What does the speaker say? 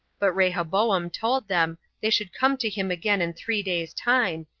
but rehoboam told them they should come to him again in three days' time,